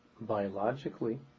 biologically